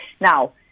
Now